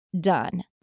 done